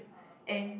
and